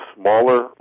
smaller